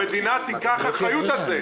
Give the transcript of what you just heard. המדינה תיקח אחריות על זה.